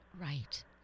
Right